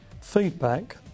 feedback